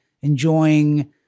enjoying